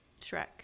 Shrek